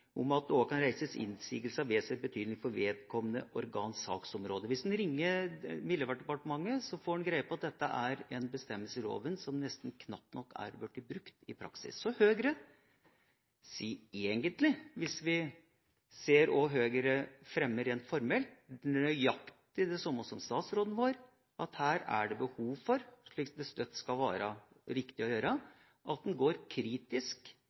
om at det også kan reises innsigelser «av vesentlig betydning for vedkommende organs saksområde». Hvis en ringer Miljøverndepartementet, får en greie på at dette er en bestemmelse i loven som knapt nok er blitt brukt i praksis. Så Høyre sier egentlig, hvis vi ser hva Høyre fremmer rent formelt, nøyaktig det samme som statsråden vår, at her er det behov for, slik det ofte er riktig å gjøre, at en går kritisk